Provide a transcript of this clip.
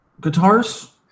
guitars